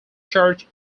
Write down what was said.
church